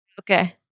Okay